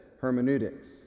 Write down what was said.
hermeneutics